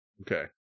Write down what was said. Okay